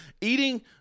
eating